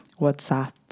WhatsApp